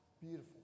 beautiful